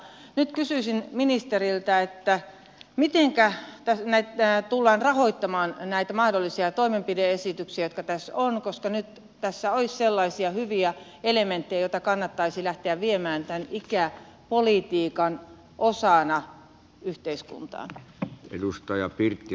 nyt kysyisin ministeriltä mitenkä tullaan rahoittamaan näitä mahdollisia toimenpide esityksiä jotka tässä ovat koska nyt tässä olisi sellaisia hyviä elementtejä joita kannattaisi lähteä viemään tämän ikäpolitiikan osana yhteiskuntaan